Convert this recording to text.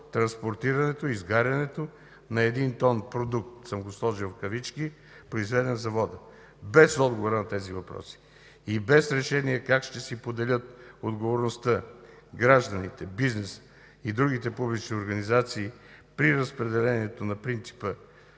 транспортирането и изгарянето на един тон „продукт”, произведен в завода? Без отговор на тези въпроси и без решение как ще си поделят отговорността гражданите, бизнесът и другите публични организации при реализирането на принципа